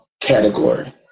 category